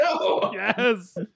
Yes